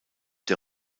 der